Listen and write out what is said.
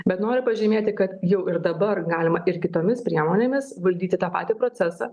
bet noriu pažymėti kad jau ir dabar galima ir kitomis priemonėmis valdyti tą patį procesą